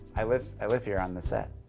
i live i live here on the set.